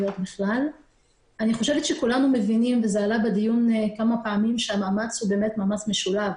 כולנו מבינים שהמאמץ הוא מאמץ משולב,